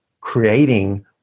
creating